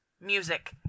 music